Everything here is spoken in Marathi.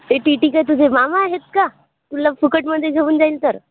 ते टी टी काय तुझे मामा आहेत तुला फुकटमध्ये घेऊन जाईल तर